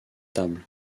tables